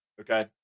okay